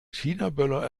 chinaböller